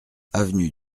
avenue